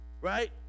right